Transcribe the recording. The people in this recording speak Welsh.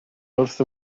wrth